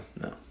No